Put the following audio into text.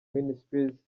ministries